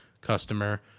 customer